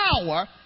power